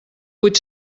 vuit